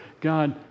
God